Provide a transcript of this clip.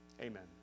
Amen